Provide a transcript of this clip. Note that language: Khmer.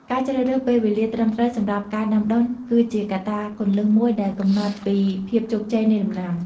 ការជ្រើសរើសពេលវេលាត្រឹមត្រូវសម្រាប់ការដាំដុះ គឺជាកត្តាគន្លឹះមួយដែលកំណត់ពីភាពជោគជ័យនៃដំណាំ។